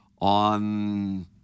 on